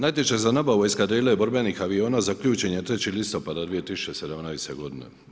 Natječaj za nabavu eskadrile borbenih aviona zaključen je 3. listopada 2017. godine.